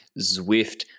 zwift